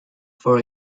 for